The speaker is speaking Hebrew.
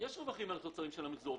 יש רווחים על התוצרים של המחזור,